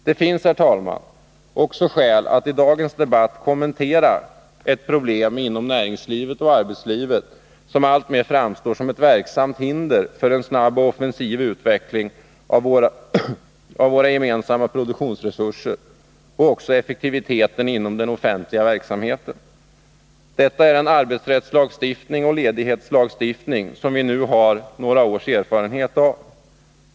Det finns, herr talman, också skäl att i dagens debatt kommentera ett problem inom näringslivet och arbetslivet som alltmer framstår som ett verksamt hinder för en snabb och offensiv utveckling av våra gemensamma produktionsresurser och också för effektiviteten inom den offentliga verksamheten. Detta är den arbetsrättslagstiftning och ledighetslagstiftning som vi nu har några års erfarenhet av.